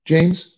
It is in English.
James